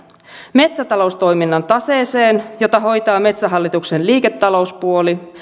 metsätaloustoiminnan taseeseen jota hoitaa metsähallituksen liiketalouspuoli